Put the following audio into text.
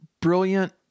brilliant